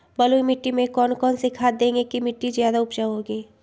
बलुई मिट्टी में कौन कौन से खाद देगें की मिट्टी ज्यादा उपजाऊ होगी?